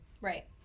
Right